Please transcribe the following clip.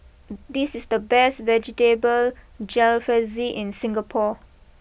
this is the best Vegetable Jalfrezi in Singapore